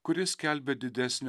kuris skelbia didesnio